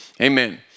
Amen